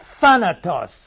thanatos